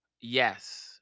yes